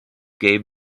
gave